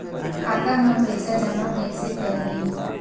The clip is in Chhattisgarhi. खाता म पईसा जमा कइसे करही?